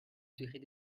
durée